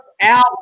album